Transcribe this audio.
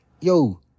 yo